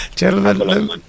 Gentlemen